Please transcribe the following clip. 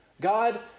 God